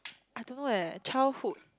I don't know leh childhood